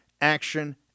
action